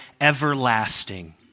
everlasting